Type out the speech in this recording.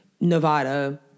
Nevada